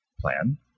plan